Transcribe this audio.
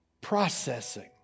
processing